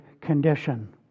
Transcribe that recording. condition